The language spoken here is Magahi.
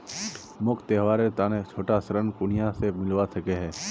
मोक त्योहारेर तने छोटा ऋण कुनियाँ से मिलवा सको हो?